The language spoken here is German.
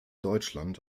deutschland